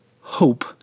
Hope